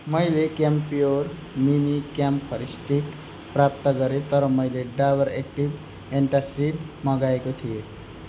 मैले Camphure mini camphor stick प्राप्त गरेँ तर मैले डाबर एक्टिभ एन्टासिड मगाएको थिएँ